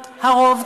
להיות הרוב,